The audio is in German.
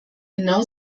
genau